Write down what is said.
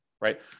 right